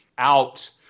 out